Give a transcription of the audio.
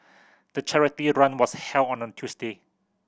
the charity run was held on a Tuesday